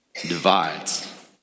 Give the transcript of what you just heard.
divides